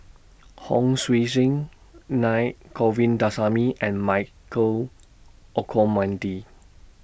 Hon Sui Sen Naa Govindasamy and Michael Olcomendy